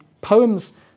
Poems